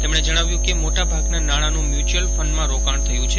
તેમણે જજ્ઞાવ્યું કે મોટા ભાગના નાજ્ઞાંનું મ્યુચલ ફંડમાં રોકાણ થયું છે